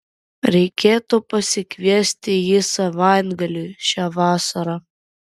reikėtų pasikviesti jį savaitgaliui šią vasarą